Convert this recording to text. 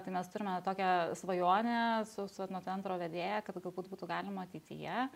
tai mes turime tokią svajonę su etnocentro vedėja kad galbūt būtų galima ateityje